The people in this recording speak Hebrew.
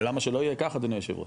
למה שלא יהיה ככה אדוני היושב ראש?